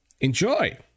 enjoy